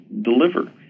deliver